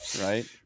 Right